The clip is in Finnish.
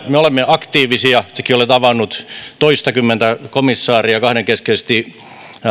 me olemme aktiivisia itsekin olen tavannut jo toistakymmentä komissaaria kahdenkeskisesti